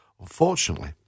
Unfortunately